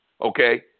Okay